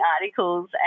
articles